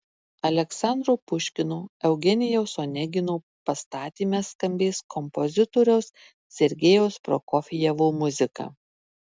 aleksandro puškino eugenijaus onegino pastatyme skambės kompozitoriaus sergejaus prokofjevo muzika